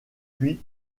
puis